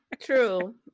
True